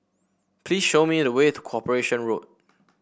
please show me the way to Corporation Road